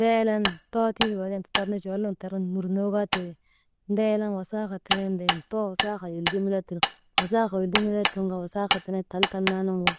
Deelan too tiŋ baaden tatarnu chuwalnun nurnoo kaa tindi, deelan wasaahaa tenen ndenin, too wasaahaa lolii melee tindi, wasaa haa lolii melee tingu kaa wasaahaa taltal naa tiŋgu